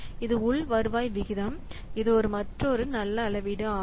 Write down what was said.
இது உள் வருவாய் விகிதம் இது மற்றொரு நல்ல அளவீடு ஆகும்